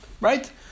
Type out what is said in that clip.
Right